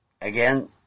again